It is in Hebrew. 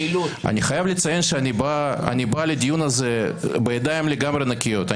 אני חייב לציין שאני בא לדיון הזה בידיים לגמרי נקיות.